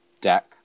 deck